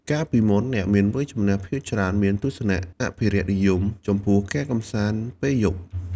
កាលពីមុន អ្នកមានវ័យចំណាស់ភាគច្រើនមានទស្សនៈអភិរក្សនិយមខ្លាំងចំពោះការកម្សាន្តពេលយប់។